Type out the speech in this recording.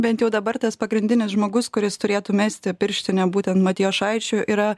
bent jau dabar tas pagrindinis žmogus kuris turėtų mesti pirštinę būtent matijošaičiui yra